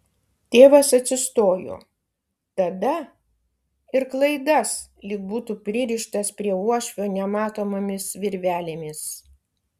tėvas atsistojo tada ir klaidas lyg būtų pririštas prie uošvio nematomomis virvelėmis